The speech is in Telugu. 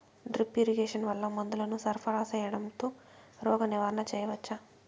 డ్రిప్ ఇరిగేషన్ వల్ల మందులను సరఫరా సేయడం తో రోగ నివారణ చేయవచ్చా?